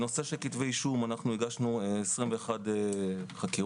כתבי אישום הגשנו 21 חקירות,